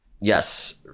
Yes